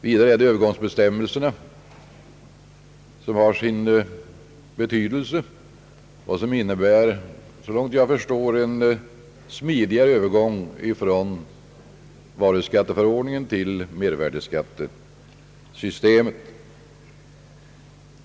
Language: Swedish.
Vidare är Övergångsbestämmelserna av betydelse. Propositionens förslag innebär, så långt jag förstår, en smidig övergång från varuskatteförordningen till mervärdeskattesystemet.